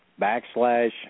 backslash